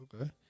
Okay